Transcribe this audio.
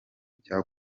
cyo